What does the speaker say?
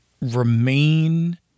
remain